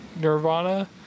Nirvana